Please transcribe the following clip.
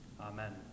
Amen